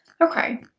okay